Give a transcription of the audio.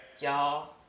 y'all